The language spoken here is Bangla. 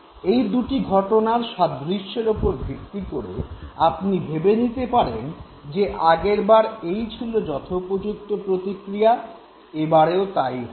এই দু'টি ঘটনার সাদৃশ্যের ওপর ভিত্তি করে আপনি ভেবে নিতে পারেন যে আগেরবার এই ছিল যথপোযুক্ত প্রতিক্রিয়া এবারেও তাই হবে